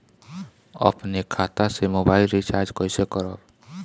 अपने खाता से मोबाइल रिचार्ज कैसे करब?